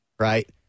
Right